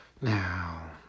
Now